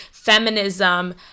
Feminism